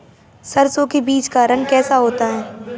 सरसों के बीज का रंग कैसा होता है?